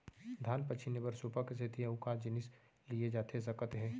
धान पछिने बर सुपा के सेती अऊ का जिनिस लिए जाथे सकत हे?